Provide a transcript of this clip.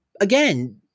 again